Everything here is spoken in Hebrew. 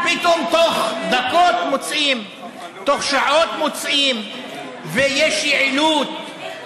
פתאום תוך דקות מוצאים, אף אחד לא מבין,